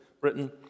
Britain